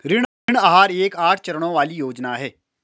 ऋण आहार एक आठ चरणों वाली योजना है